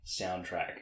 soundtrack